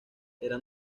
era